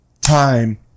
time